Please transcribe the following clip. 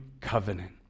covenant